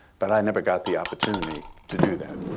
but i never got the opportunity to do that.